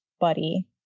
Buddy